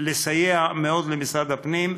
לסייע מאוד למשרד הפנים.